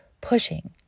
pushing